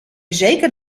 zeker